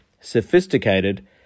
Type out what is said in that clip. sophisticated